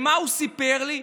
ומה הוא סיפר לי?